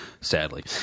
sadly